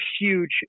huge